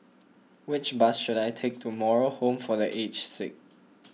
which bus should I take to Moral Home for the Aged Sick